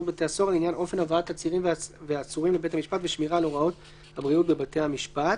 בתי הסוהר לעניין אופן הבאת אסירים ועצורים לבית המשפט